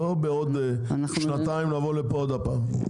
לא בעוד שנתיים לבוא לפה עוד הפעם.